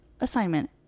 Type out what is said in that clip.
assignment